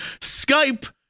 Skype